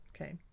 Okay